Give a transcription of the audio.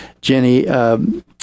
Jenny